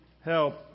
help